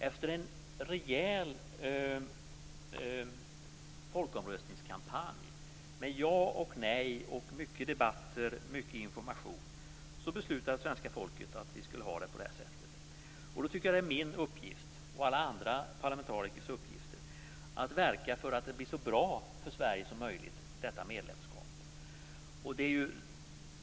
Efter en rejäl folkomröstningskampanj, med ja och nej, mycket debatter och mycket information beslutade svenska folket att vi skulle ha det på detta sätt. Då tycker jag att det är min uppgift och alla andra parlamentarikers uppgift att verka för att detta medlemskap blir så bra som möjligt för Sverige.